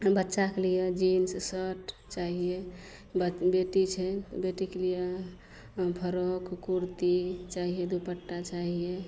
बच्चाके लिये jeans shirt चाहिये बेटी छै ओइ बेटीके लिये फ्रॉक कुर्ती चाहिये दुपट्टा चाहिये